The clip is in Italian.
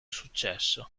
successo